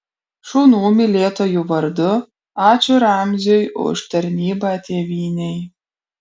šunų mylėtojų vardu ačiū ramziui už tarnybą tėvynei